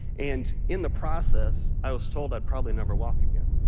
and in the process, i was told i'd probably never walk again.